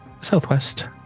Southwest